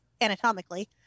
anatomically